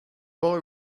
boy